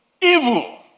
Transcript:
evil